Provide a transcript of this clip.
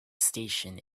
station